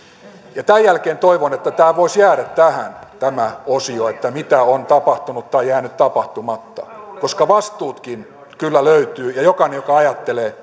tämän jälkeen toivon että tämä voisi jäädä tähän tämä osio että mitä on tapahtunut tai jäänyt tapahtumatta koska vastuutkin kyllä löytyvät ja jokainen joka ajattelee